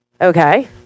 Okay